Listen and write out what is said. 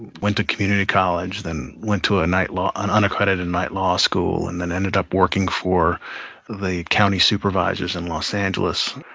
and went to community college, then went to a night an and unaccredited and night law school, and then ended up working for the county supervisors in los angeles,